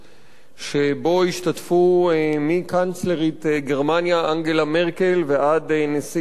שבו השתתפו מקנצלרית גרמניה אנגלה מרקל ועד נשיא צרפת